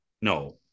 no